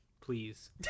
Please